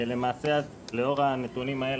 למעשה, לאור הנתונים האלה